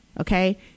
Okay